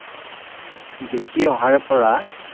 দেখি অহাৰে পৰা